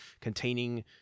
containing